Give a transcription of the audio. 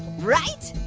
right?